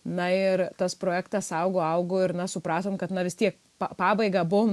na ir tas projektas augo augo ir na supratom kad na vis tiek pa pabaigą buvom